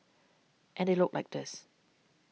and they look like this